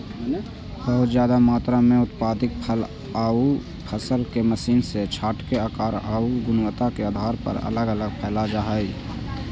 बहुत ज्यादा मात्रा में उत्पादित फल आउ फसल के मशीन से छाँटके आकार आउ गुणवत्ता के आधार पर अलग अलग कैल जा हई